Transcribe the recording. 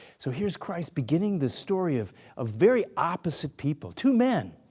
so here's christ beginning the story of of very opposite people, two men,